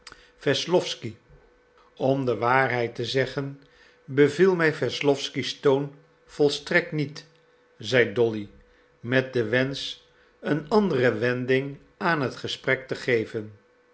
wesslowsky om de waarheid te zeggen beviel mij wesslowsky's toon volstrekt niet zei dolly met den wensch een andere wending aan het gesprek te geven